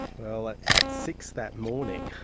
well, at six that morning,